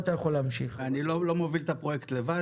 אני לא מוביל את הפרויקט לבד,